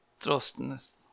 trustness